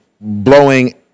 blowing